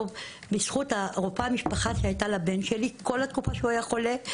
בזכות רופאת המשפחה שהיתה לבן שלי כל התקופה שהוא היה חולה.